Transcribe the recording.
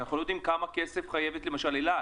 כי אנחנו לא יודעים כמה כסף חייבת, למשל, אל על.